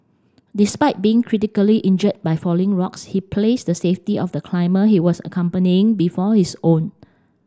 despite being critically injured by falling rocks he placed the safety of the climber he was accompanying before his own